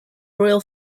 royal